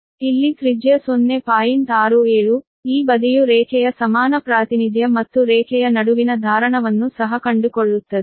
67 ಈ ಬದಿಯು ರೇಖೆಯ ಸಮಾನ ಪ್ರಾತಿನಿಧ್ಯ ಮತ್ತು ರೇಖೆಯ ನಡುವಿನ ಧಾರಣವನ್ನು ಸಹ ಕಂಡುಕೊಳ್ಳುತ್ತದೆ